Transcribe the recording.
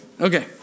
okay